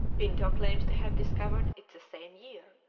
pinto claims to have discovered it the same year.